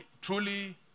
truly